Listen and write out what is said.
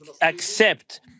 accept